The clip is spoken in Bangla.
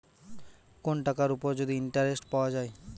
কোন টাকার উপর যদি ইন্টারেস্ট পাওয়া যায়